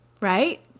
right